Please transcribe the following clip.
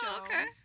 okay